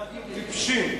אנחנו טיפשים.